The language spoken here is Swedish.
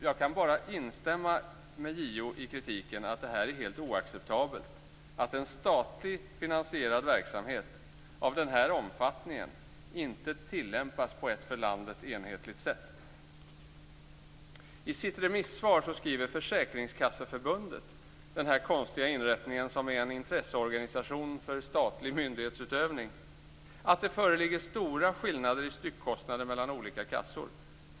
Jag kan bara instämma med JO i kritiken att det är helt oacceptabelt att en statligt finansierad verksamhet av denna omfattning inte tillämpas på ett för landet enhetligt sätt. I sitt remissvar skriver Försäkringskasseförbundet - denna konstiga inrättning som är en intresseorganisation för statlig myndighetsutövning - att det föreligger stora skillnader i styckkostnader mellan olika kassor.